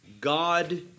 God